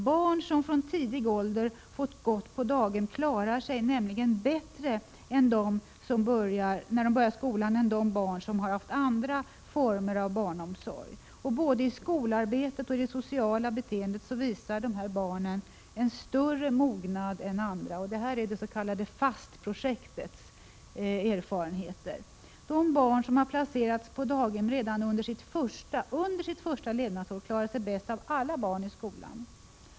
Barn som från tidig ålder fått vara på daghem klarar sig nämligen bättre när de börjar skolan än de barn som har haft andra former av barnomsorg. Både i skolarbetet och i det sociala beteendet visar dessa barn en större mognad än — Prot. 1986/87:49 andra. Dessa erfarenheter har gjorts i det s.k. Fastprojektet. De som har 15 december 1986 placerats på daghem redan under sitt första levnadsår klarar sig bäst av alla barn i skolan.